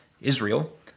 Israel